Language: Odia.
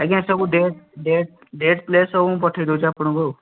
ଆଜ୍ଞା ସବୁ ଡେଟ୍ ଡେଟ୍ ଡେଟ୍ ପ୍ଲେସ୍ ସବୁ ପଠାଇ ଦେଉଛି ମୁଁ ଆପଣଙ୍କୁ ଆଉ